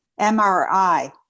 MRI